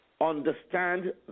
understand